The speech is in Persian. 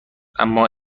اما